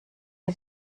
ihr